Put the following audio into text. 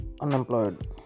unemployed